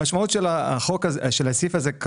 המשמעות של הסעיף הזה,